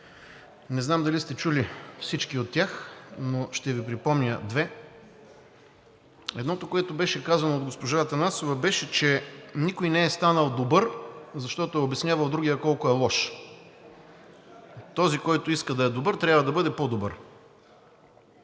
Не знам дали сте чули всички от тях, но ще Ви припомня две. Едното, което беше казано от госпожа Атанасова, беше, че никой не е станал добър, защото е обяснявал другият колко е лош. Този, който иска да е добър, трябва да бъде по-добър,